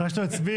חשבתי שאתה מצביע.